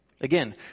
Again